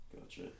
Gotcha